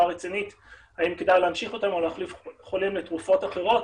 רצינית האם כדאי להמשיך אותם או להחליף לתרופות אחרות,